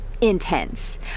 intense